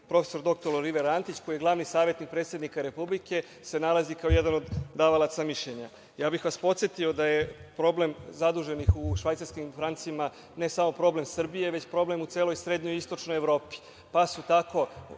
prof. dr Oliver Antić, koji je glavni savetnik predsednika Republike, se nalazi kao jedan od davalaca mišljenja. Podsetio bih vas da je problem zaduženih u švajcarskim francima, ne samo problem Srbije, nego problem u celoj srednjoj i istočnoj Evropi, pa su tako